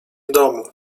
domu